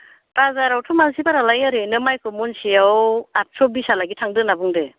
बाजारावथ' मानसिफोरालाय ओरैनो माइखौ महनसेयाव आटस' बिसहा लागै थांदों होना बुंदों